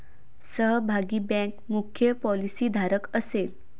सहभागी बँक मुख्य पॉलिसीधारक असेल